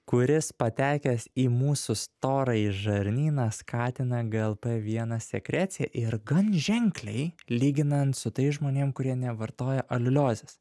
kuris patekęs į mūsų storąjį žarnyną skatina glp vienas sekreciją ir gan ženkliai lyginant su tais žmonėm kurie nevartoja aliuliozės